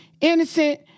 innocent